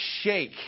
shake